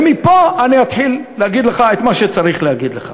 ומפה אני אתחיל להגיד לך את מה שצריך להגיד לך.